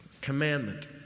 Commandment